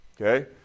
Okay